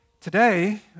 Today